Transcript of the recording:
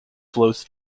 flows